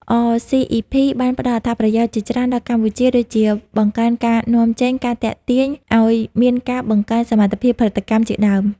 អ សុី អុី ភី(RCEP) បានផ្តល់អត្ថប្រយោជន៍ជាច្រើនដល់កម្ពុជា ដូចជា បង្កើនការនាំចេញ ការទាក់ទាញ អោយមានការបង្កើនសមត្ថភាពផលិតកម្ម ជាដើម។